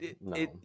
no